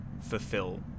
Fulfill